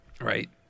Right